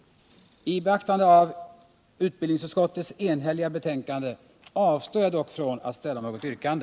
I beaktande av utbildningsutskottets enhälliga betänkande avstår jag dock från att ställa något yrkande.